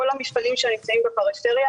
כל המפעלים שלה נמצאים בפריפריה,